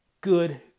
good